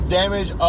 damage